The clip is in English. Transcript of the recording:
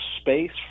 space